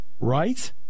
Right